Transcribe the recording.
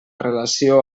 relació